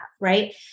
right